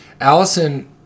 Allison